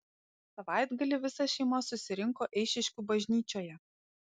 savaitgalį visa šeima susirinko eišiškių bažnyčioje